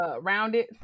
Rounded